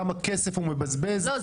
כמה כסף הוא מבזבז --- לא,